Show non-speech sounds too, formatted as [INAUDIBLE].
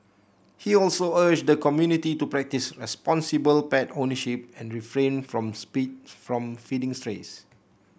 he also urged the community to practise responsible pet ownership and refrain from [UNINTELLIGIBLE] from feeding strays